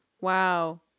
Wow